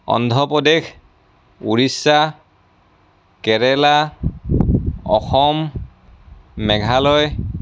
Andhra Pradesh Orissa Kerala Assam Meghalaya